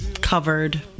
Covered